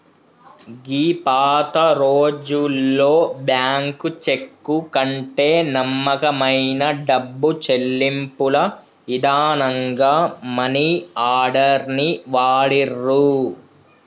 గీ పాతరోజుల్లో bank cheque కంటే నమ్మకమైన డబ్బు చెల్లింపుల ఇదానంగా మనీ ఆర్డర్ ని వాడిర్రు